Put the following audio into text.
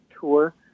tour